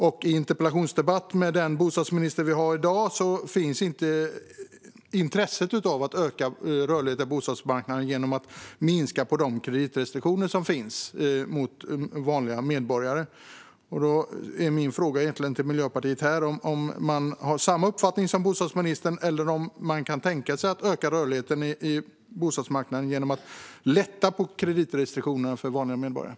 I en interpellationsdebatt med den bostadsminister vi har i dag fanns inget intresse att öka rörligheten på bostadsmarknaden genom en minskning av de kreditrestriktioner som finns mot vanliga medborgare, och då är min fråga: Har ledamoten samma uppfattning som bostadsministern, eller kan man tänka sig att öka rörligheten på bostadsmarknaden genom att lätta på kreditrestriktionerna för vanliga medborgare?